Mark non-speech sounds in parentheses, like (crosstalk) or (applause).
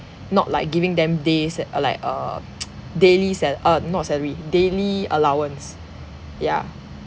not like giving them days at a like err (noise) daily sal~ uh not salary daily allowance ya